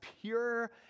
pure